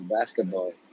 basketball